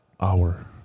hour